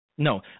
No